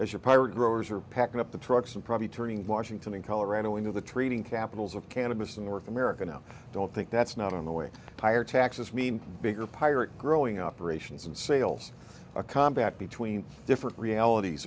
a pirate growers are packing up the trucks and probably turning washington in colorado into the trading capitals of cannabis in north america now don't think that's not on the way higher taxes mean bigger pirate growing operations and sales a combat between different realities